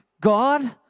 God